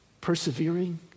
persevering